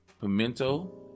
pimento